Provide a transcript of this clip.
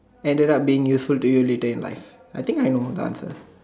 ended up being useful to you later in life I think I know the answer